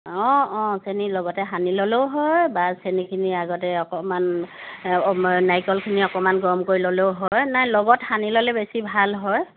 অঁ অঁ চেনিৰ লগতে সানি ল'লেও হয় বা চেনিখিনি আগতে অকমান নাৰিকলখিনি অকণমান গৰম কৰি ল'লেও হয় নাই লগত সানি ল'লে বেছি ভাল হয়